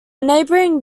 neighbouring